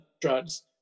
drugs